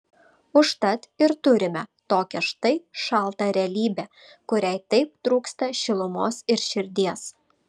užtat ir turime tokią štai šaltą realybę kuriai taip trūksta šilumos ir širdies